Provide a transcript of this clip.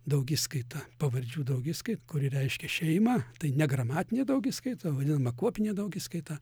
daugiskaita pavardžių daugiskait kuri reiškia šeimą tai ne gramatinė daugiskaita vadinama kuopinė daugiskaita